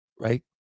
right